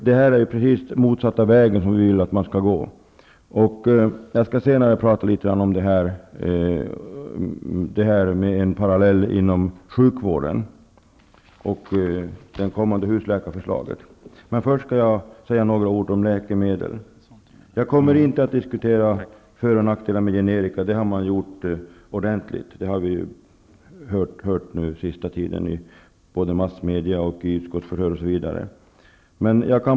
Det är precis den motsatta vägen till den som vi vill att man skall gå. Jag skall senare ta upp parallellen inom sjukvården: det kommande husläkarförslaget. Först dock några ord om läkemedel. Jag kommer inte att diskutera för och nackdelar med generika. Det har man gjort ordentligt under senare tid i både massmedia och utskott osv.